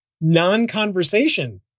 non-conversation